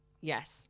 Yes